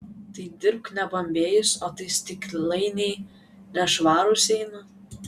tai dirbk nebambėjus o tai stiklainiai nešvarūs eina